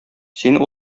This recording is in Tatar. син